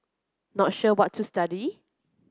not sure what to study